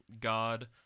God